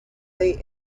they